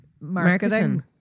marketing